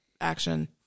action